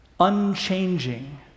unchanging